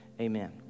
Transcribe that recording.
amen